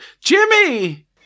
Jimmy